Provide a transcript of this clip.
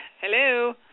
hello